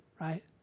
right